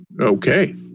okay